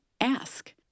ask